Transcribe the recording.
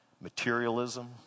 materialism